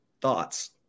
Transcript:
Thoughts